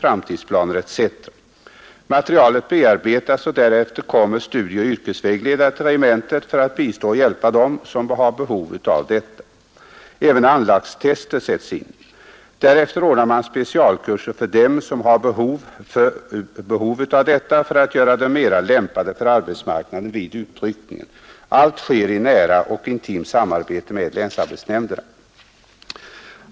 framtidsplaner etc. Materialet bearbetas, och därefter kommer studieoch yrkesvägledare till regementet för att bistå och hjälpa dem som har behov av detta. Även anlagstester sättes in. Därefter ordnar man specialkurser för dem som har hehov därav för utt göra dem mera lämpade för arbetsmarknaden vid utryckningen. Aj sker nära och intimt samarbete med länsarbetsnämnderna.